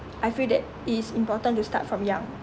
I feel that it is important to start from young